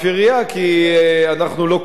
כי אנחנו לא קובעים,